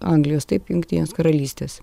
anglijos taip jungtinės karalystės